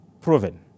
proven